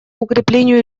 укреплению